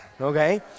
Okay